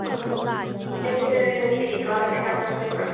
ꯎꯝ M U ꯗꯗꯤ ꯅꯨꯡꯇꯤꯒꯤ class ꯀꯩꯀꯥ ꯆꯠꯂꯤꯕ꯭ꯔꯣ